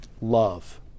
love